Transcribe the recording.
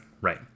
right